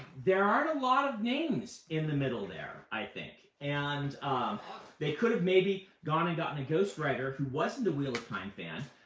there aren't a lot of names in the middle there, i think. and they could have maybe gone and gotten a ghost writer who wasn't a wheel of time fan,